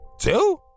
two